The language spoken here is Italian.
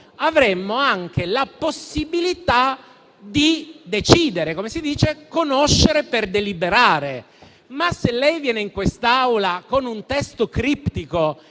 avremmo anche la possibilità di decidere. Come si dice: conoscere per deliberare. Lei, però, viene in quest'Aula con un testo criptico,